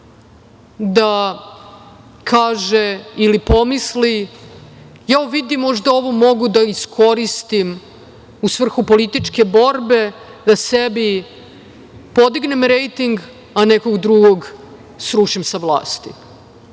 da kaže ili pomisli – jao, vidi, možda ovo mogu da iskoristim u svrhu političke borbe, da sebi podignem rejting, a nekog drugog srušim sa